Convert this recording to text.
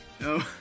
No